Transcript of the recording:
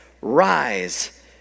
rise